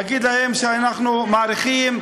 להגיד להם שאנחנו מעריכים,